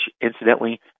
incidentally